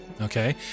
okay